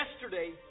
Yesterday